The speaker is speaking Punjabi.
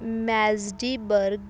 ਮੈਜ਼ਡੀਬਰਗ